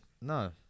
No